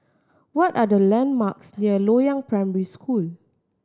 what are the landmarks near Loyang Primary School